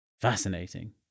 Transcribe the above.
Fascinating